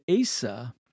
Asa